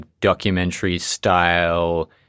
documentary-style